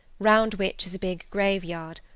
round which is a big graveyard,